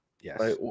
Yes